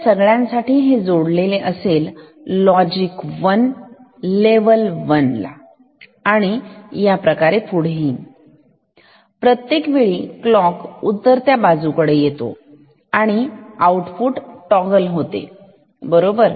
त्या सगळ्यांसाठी हे जोडलेली असेल लॉजिक 1लेबल 1 आणि पुढेही प्रत्येक वेळी क्लॉक उतरत्या बाजूकडे येतो आणि आउटपुट टॉगल होते बरोबर